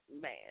man